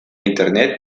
internet